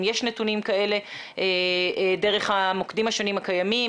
אם יש נתונים כאלה דרך המוקדים השונים הקיימים,